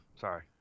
sorry